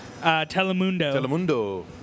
Telemundo